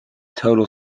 total